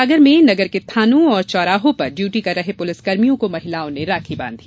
सागर में नगर के थानों और चौराहों पर डयूटी कर रहे पुलिस कर्मियों को महिलाओं ने राखी बांधी